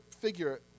figure